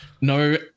no